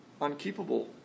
unkeepable